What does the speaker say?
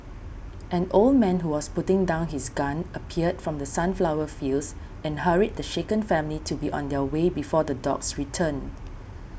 an old man who was putting down his gun appeared from the sunflower fields and hurried the shaken family to be on their way before the dogs return